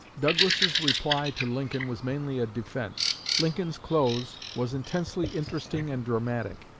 douglas's reply to lincoln was mainly a defense. lincoln's close was intensely interesting and dramatic.